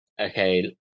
okay